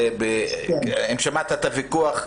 אם שמעת את הוויכוח,